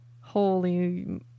Holy